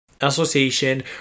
Association